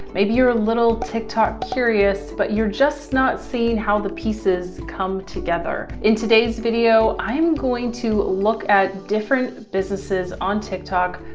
maybe you're a little tiktok-curious, but you're just not seeing how the pieces come together. in today's video i'm going to look at different businesses on tiktok,